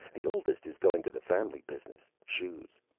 the oldest is going into the family business shoes.